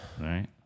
right